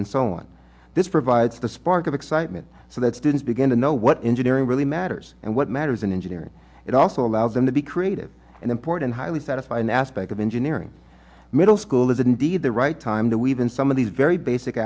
and so on provides the spark of excitement so that students begin to know what engineering really matters and what matters in engineering it also allows them to be creative and important highly satisfied an aspect of engineering middle school is indeed the right time to even some of these very basic